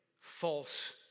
false